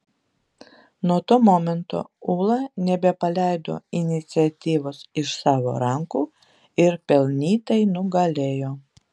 nuo to momento ūla nebepaleido iniciatyvos iš savo rankų ir pelnytai nugalėjo